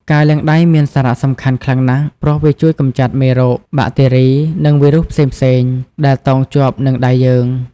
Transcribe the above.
ការលាងដៃមានសារៈសំខាន់ខ្លាំងណាស់ ព្រោះវាជួយកម្ចាត់ មេរោគ បាក់តេរី និងវីរុសផ្សេងៗ ដែលតោងជាប់នឹងដៃយើង។